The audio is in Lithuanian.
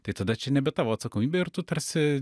tai tada čia nebe tavo atsakomybė ir tu tarsi